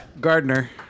Gardner